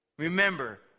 Remember